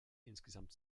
insgesamt